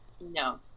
No